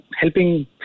helping